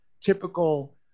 typical